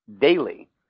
daily